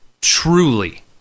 truly